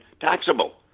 taxable